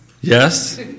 Yes